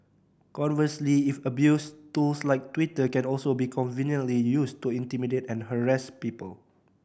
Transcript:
conversely if abused tools like Twitter can also be conveniently used to intimidate and harass people